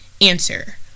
Answer